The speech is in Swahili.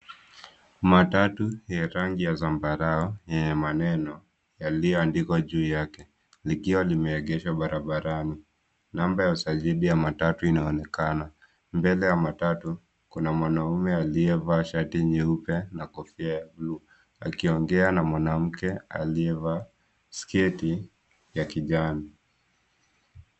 Matatu ya rangi ya zambarau yenye maneno yaliyoandikwa juu yake, likiwa limeegeshwa barabarani. Namba ya usajili ya matatu inaonekana. Mbele ya matatu, kuna mwanaume aliyevaa shati nyeupe na kofia ya bluu akiongea na mwanamke aliyevaa sketi ya kijani.